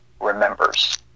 remembers